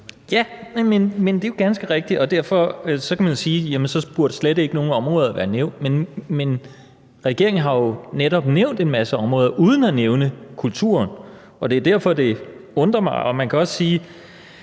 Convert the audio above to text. Ja, men det er jo ganske rigtigt, og derfor kan man sige, at så burde slet ikke nogen områder være nævnt. Men regeringen har jo netop nævnt en masse områder uden at nævne kulturen. Det er derfor, det undrer mig. Man kan også sige,